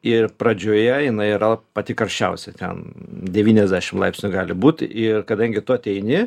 ir pradžioje jinai yra pati karščiausia ten devyniasdešim laipsnių gali būti ir kadangi tu ateini